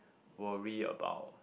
worry about